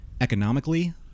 economically